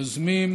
ליוזמים